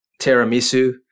tiramisu